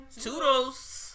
toodles